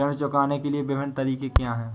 ऋण चुकाने के विभिन्न तरीके क्या हैं?